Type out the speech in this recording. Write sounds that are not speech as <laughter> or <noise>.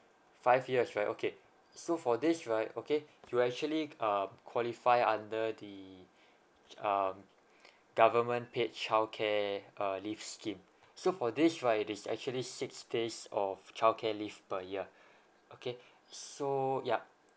five years right okay so for this right okay you're actually um qualified under the ch~ um government paid childcare uh leave scheme so for this right it is actually six days of childcare leave per year <breath> okay so yup